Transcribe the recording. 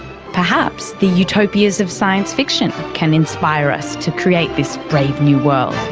perhaps the utopias of science fiction can inspire us to create this brave new world.